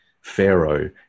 pharaoh